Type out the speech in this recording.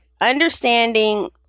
understanding